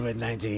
COVID-19